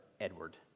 Edward